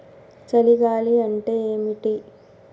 చలి గాలి అంటే ఏమిటి?